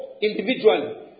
individually